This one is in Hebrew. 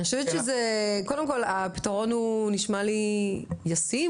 אני חושבת שזה קודם כל הפתרון הוא נשמע לי ישים,